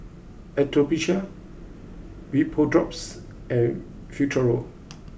Atopiclair VapoDrops and Futuro